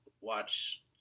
watch